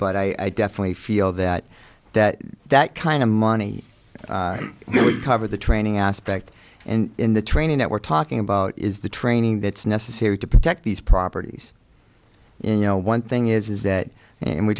but i definitely feel that that that kind of money would cover the training aspect and the training that we're talking about is the training that's necessary to protect these properties you know one thing is that and we